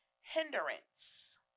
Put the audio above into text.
hindrance